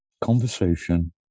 conversation